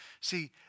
See